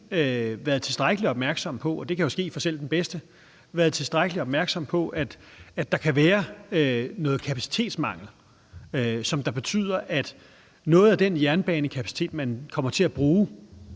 været tilstrækkelig opmærksom på – og det kan jo ske for selv den bedste – at der kan være noget kapacitetsmangel, som betyder, at noget af den jernbanekapacitet, Nordjyske Jernbaner kommer til at bruge